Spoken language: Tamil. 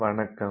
வணக்கம்